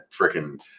freaking